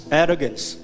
arrogance